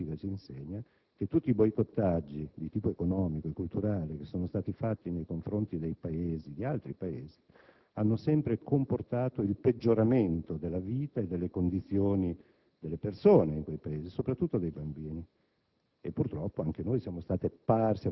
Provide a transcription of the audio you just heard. perché la storia, la politica ci insegnano che tutti i boicottaggi di tipo economico e culturali adottati nei confronti di altri Paesi hanno sempre comportato il peggioramento della vita e delle condizioni delle persone che vivono in quei Paesi, soprattutto dei bambini.